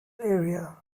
area